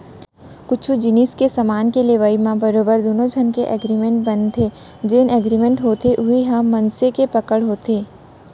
कुछु जिनिस के समान के लेवई म बरोबर दुनो झन के एगरिमेंट बनथे जेन एगरिमेंट होथे उही ह मनसे के पकड़ होथे